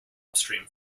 upstream